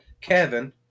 Kevin